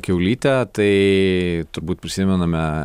kiaulytę tai turbūt prisimename